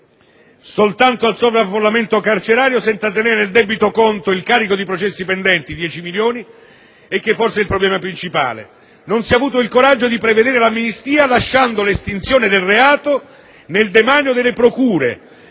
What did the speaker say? soltanto al sovraffollamento carcerario, senza tenere in debito conto il carico di processi pendenti (dieci milioni), che costituisce forse il problema principale. Non si è avuto il coraggio di prevedere l'amnistia, lasciando l'estinzione del reato nel demanio delle procure,